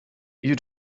you